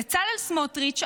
בצלאל סמוטריץ',